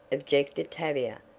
objected tavia,